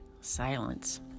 silence